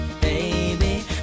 baby